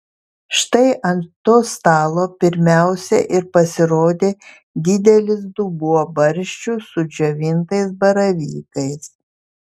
štai ant to stalo pirmiausia ir pasirodė didelis dubuo barščių su džiovintais baravykais